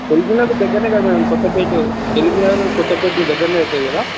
యల్బినగర్ దగ్గరనే కదా మేడం కొత్తపేటు యల్బినగర్ కొత్తపేట్కు దగ్గరనే అవుతుంది కదా